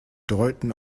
deuten